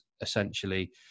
essentially